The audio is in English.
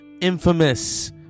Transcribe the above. infamous